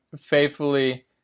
faithfully